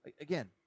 again